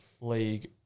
league